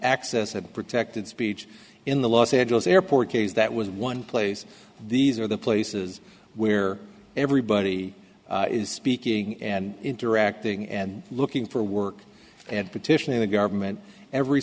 accessible protected speech in the los angeles airport case that was one place these are the places where everybody is speaking and interacting and looking for work and petitioning the government every